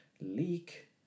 Leek